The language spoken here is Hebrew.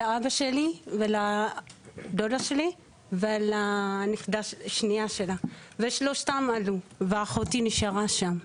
לאבא שלי ולדודה שלי ולנכדה השנייה שלה ושלושתם עלו ואחותי נשארה שם,